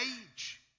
age